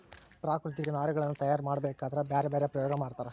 ಪ್ರಾಕೃತಿಕ ನಾರಿನಗುಳ್ನ ತಯಾರ ಮಾಡಬೇಕದ್ರಾ ಬ್ಯರೆ ಬ್ಯರೆ ಪ್ರಯೋಗ ಮಾಡ್ತರ